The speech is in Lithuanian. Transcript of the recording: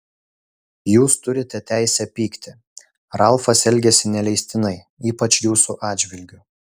jūs turite teisę pykti ralfas elgėsi neleistinai ypač jūsų atžvilgiu